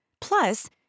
Plus